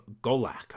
Golak